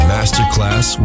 Masterclass